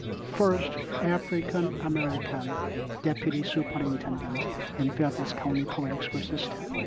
first african-american deputy superintendent in fairfax county public school system.